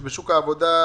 בשוק העבודה,